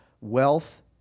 wealth